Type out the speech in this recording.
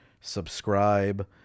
subscribe